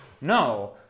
No